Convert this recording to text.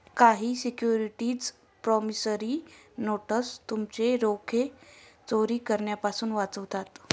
काही securities promissory notes तुमचे रोखे चोरी होण्यापासून वाचवतात